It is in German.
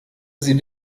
sie